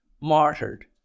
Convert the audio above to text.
martyred